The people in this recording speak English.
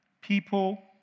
People